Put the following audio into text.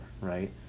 right